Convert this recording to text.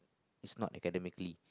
is not academically